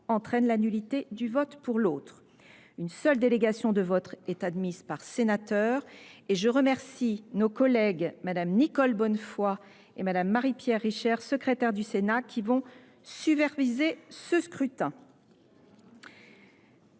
entraîne la nullité du vote pour l’autre. Une seule délégation de vote est admise par sénateur. Je remercie nos collègues Nicole Bonnefoy et Marie Pierre Richer, secrétaires du Sénat, qui vont superviser ce scrutin.